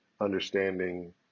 understanding